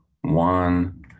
one